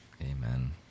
Amen